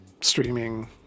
streaming